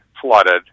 flooded